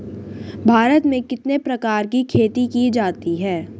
भारत में कितने प्रकार की खेती की जाती हैं?